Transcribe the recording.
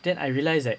then I realised like